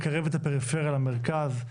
לקרב את הפריפריה למרכז,